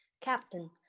Captain